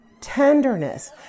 tenderness